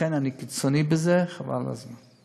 לכן אני קיצוני בזה, חבל על הזמן.